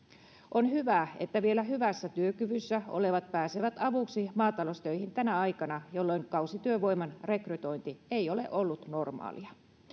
on hyvä että vielä hyvässä työkyvyssä olevat pääsevät avuksi maataloustöihin tänä aikana jolloin kausityövoiman rekrytointi ei ole ollut normaalia